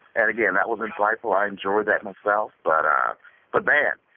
and again, that was insightful. i enjoyed that myself. but but man,